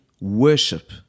worship